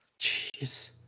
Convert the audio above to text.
Jeez